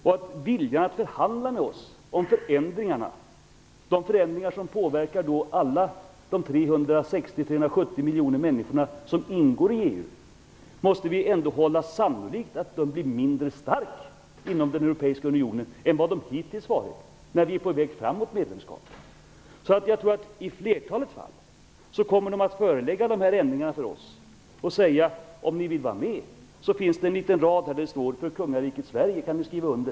Vi måste hålla det för sannolikt att viljan att förhandla med oss om förändringar som påverkar alla de 360-370 miljoner människor som ingår i EU blir mindre stark inom den europeiska unionen än vad den hittills har varit - när Sverige har varit på väg mot ett medlemskap. Jag tror att man i flertalet fall kommer att förelägga dessa ändringar för oss och säga: Om ni vill vara med finns det en liten rad där det står om kungariket Sverige. Där kan ni skriva under.